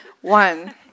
One